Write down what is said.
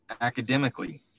academically